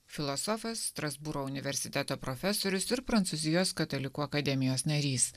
filosofas strasbūro universiteto profesorius ir prancūzijos katalikų akademijos narys